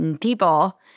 people